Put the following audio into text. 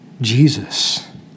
Jesus